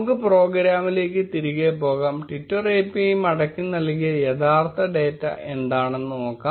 നമുക്ക് പ്രോഗ്രാമിലേക്ക് തിരികെ പോകാം ട്വിറ്റർ API മടക്കിനൽകിയ യഥാർത്ഥ ഡാറ്റ എന്താണെന്ന് നോക്കാം